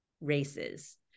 races